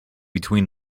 between